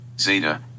zeta